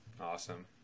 Awesome